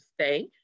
stay